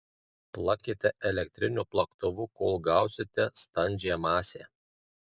plakite elektriniu plaktuvu kol gausite standžią masę